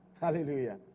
Hallelujah